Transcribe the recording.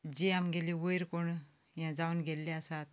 जी आमगेली वयर कोण हें जावन गेल्ली आसात